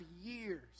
years